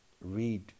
read